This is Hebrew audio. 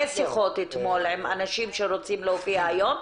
שיחות אתמול עם אנשים שרוצים להופיע היום,